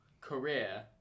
career